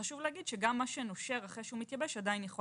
חשוב להגיד שגם מה שנושר אחרי שהוא מתייבש עדיין יכול